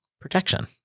Protection